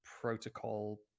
protocol